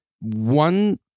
one